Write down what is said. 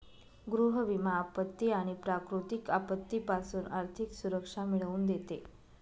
गृह विमा आपत्ती आणि प्राकृतिक आपत्तीपासून आर्थिक सुरक्षा मिळवून देते